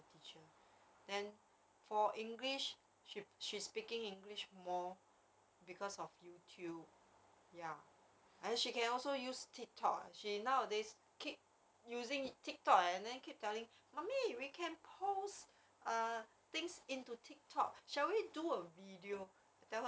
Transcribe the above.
initially when she's in the kindergarten ah because her chinese teacher really focused and teaches err the correct pronunciation but right now in primary one ah I find that her chinese speaking is not that clear the pronunciation not so clear anymore